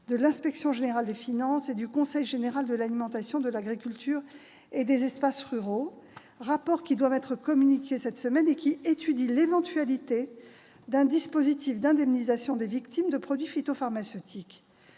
de l'inspection générale des finances et du conseil général de l'alimentation, de l'agriculture et des espaces ruraux, rapport qui vient de m'être communiqué et qui étudie l'éventualité d'un dispositif d'indemnisation des victimes de produits phytopharmaceutiques.